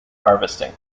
harvesting